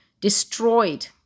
destroyed